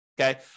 Okay